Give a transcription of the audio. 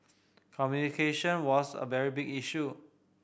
communication was a very big issue